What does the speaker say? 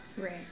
Right